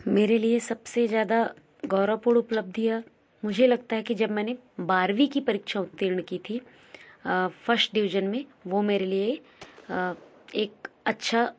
मेरे लिए सबसे ज़्यादा गौरवपूर्ण उपलब्धियाँ मुझे लगता है कि जब मैंने बारहवीं की परीक्षा उत्तीर्ण की थी फस्ट डिवीजन में वो मेरे लिए एक अच्छा